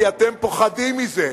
כי אתם פוחדים מזה.